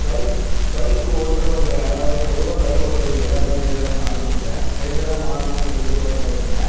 bike bike ஓட்டுறவங்கள் அதாவது பொதுவாக பைக் ஓட்டுறவங்க எல்லாருமே ரேசராக மாறுது இல்லை ரேசராக மாறணும் விருப்பப்படுறவங்க